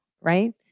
right